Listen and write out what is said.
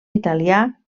italià